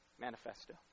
manifesto